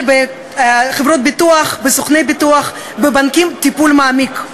בחברות ביטוח ובסוכני ביטוח בבנקים טיפול מעמיק.